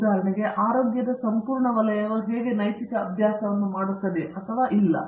ಉದಾಹರಣೆಗೆ ಆರೋಗ್ಯದ ಸಂಪೂರ್ಣ ವಲಯವು ಹೇಗೆ ನೈತಿಕ ಅಭ್ಯಾಸವನ್ನು ಮಾಡುತ್ತದೆ ಅಥವಾ ಇಲ್ಲ